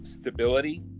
stability